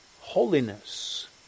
holiness